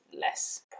less